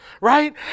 Right